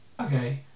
okay